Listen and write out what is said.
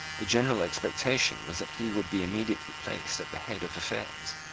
the general expectation was that he would be immediately placed at the head of affairs,